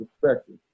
perspective